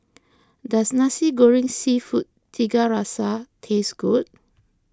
does Nasi Goreng Seafood Tiga Rasa taste good